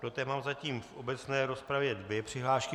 Do té mám zatím v obecné rozpravě dvě přihlášky.